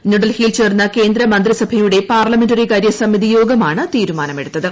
ന്യൂഡൽഹിയിൽ ചേർന്ന കേന്ദ്രമന്ത്രിസഭയുടെ പാർലമെന്ററികാര്യ സമിതിയോഗമാണ് തീരുമാനമെടുത്തത്